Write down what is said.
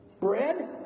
Bread